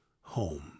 home